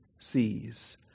sees